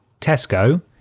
Tesco